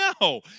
No